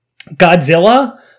Godzilla